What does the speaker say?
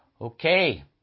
Okay